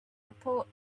report